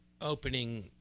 opening